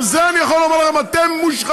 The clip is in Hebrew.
על זה גם אני יכול לומר לכם: אתם מושחתים,